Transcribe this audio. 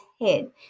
head